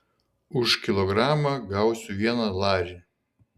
už kilogramą gausiu vieną larį